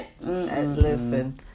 Listen